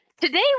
today